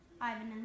Ivan